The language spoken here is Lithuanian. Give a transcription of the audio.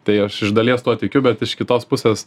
tai aš iš dalies tuo tikiu bet iš kitos pusės